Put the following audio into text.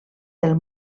del